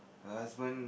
her husband